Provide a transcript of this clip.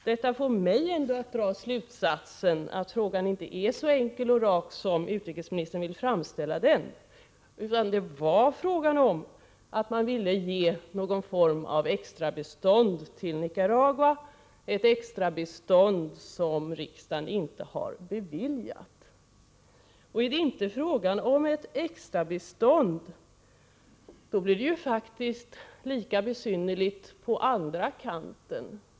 Detta får mig att dra slutsatsen att frågan inte är så enkel och rak som utrikesministern vill framställa den utan att man ville ge någon form av extra bistånd till Nicaragua — ett extra bistånd som riksdagen inte har beviljat. Och är det inte fråga om ett extra bistånd blir det faktiskt lika besynnerligt på den andra kanten.